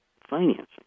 financing